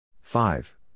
five